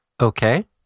Okay